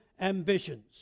ambitions